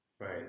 Right